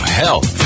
health